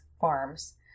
farms